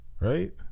right